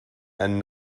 and